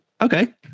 okay